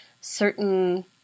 certain